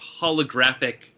holographic